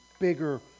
bigger